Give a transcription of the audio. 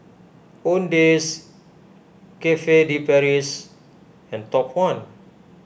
Owndays Cafe De Paris and Top one